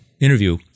interview